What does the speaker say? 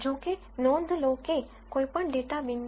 જો કે નોંધ લો કે કોઈપણ ડેટા પોઇન્ટ